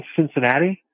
Cincinnati